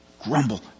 grumble